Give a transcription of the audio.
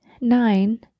Nine